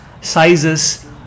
sizes